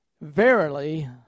Verily